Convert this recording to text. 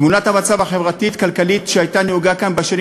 תמונת המצב החברתית-כלכלית שהייתה כאן בשנים